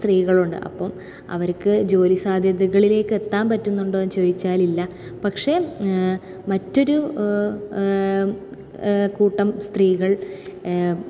സ്ത്രീകളുണ്ട് അപ്പോൾ അവർക്ക് ജോലി സാധ്യതകളിലേക്ക് എത്താൻ പറ്റുന്നുണ്ടോന്ന് ചോദിച്ചാൽ ഇല്ല പക്ഷേ മറ്റൊരു കൂട്ടം സ്ത്രീകൾ